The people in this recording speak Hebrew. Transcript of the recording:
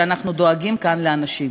שאנחנו דואגים כאן לאנשים.